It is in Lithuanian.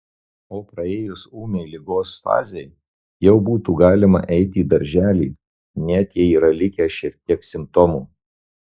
o praėjus ūmiai ligos fazei jau būtų galima eiti į darželį net jei yra likę šiek tiek simptomų